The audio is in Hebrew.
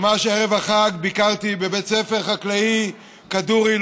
ממש ערב החג ביקרתי בבית הספר החקלאי כדורי.